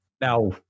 Now